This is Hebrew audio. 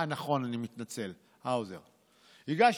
אחר הצוהריים.